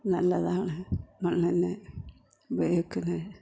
നല്ലതാണ് മണ്ണിന് ഉപയോഗിക്കല്